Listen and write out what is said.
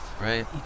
Right